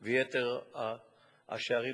ויתר השערים פתוחים,